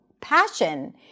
passion